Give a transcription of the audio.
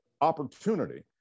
opportunity